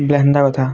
ଏମନ୍ତା କଥା